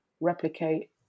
replicate